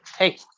Hey